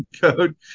code